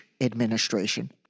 administration